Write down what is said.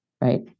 right